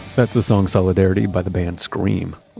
that's the song solidarity by the band, scream.